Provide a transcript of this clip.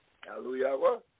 Hallelujah